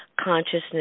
consciousness